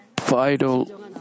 vital